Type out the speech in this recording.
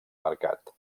mercat